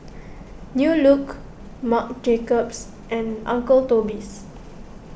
New Look Marc Jacobs and Uncle Toby's